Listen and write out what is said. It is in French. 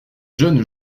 jeunes